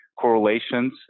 correlations